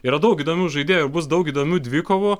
yra daug įdomių žaidėjų bus daug įdomių dvikovų